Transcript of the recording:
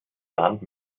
land